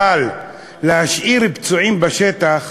אבל להשאיר פצועים בשטח,